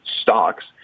stocks